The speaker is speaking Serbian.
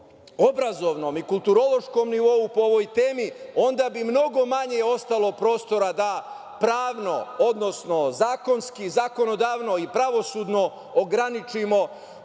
obrazovnom i kulturološkom nivou po ovoj temi onda bi mnogo manje ostalo prostora da pravno, odnosno zakonski, zakonodavno i pravosudno ograničimo